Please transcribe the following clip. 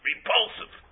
repulsive